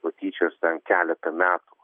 patyčias ten keletą metų